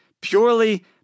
purely